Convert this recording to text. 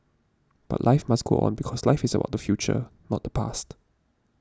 but life must go on because life is about the future not the past